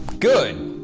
good!